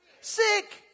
Sick